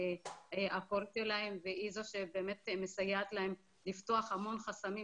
הקול שלהם והיא זו שמסייעת להם לפתוח המון חסמים.